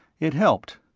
it helped.